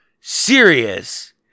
serious